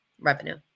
revenue